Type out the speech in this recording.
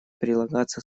прилагаться